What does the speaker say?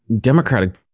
Democratic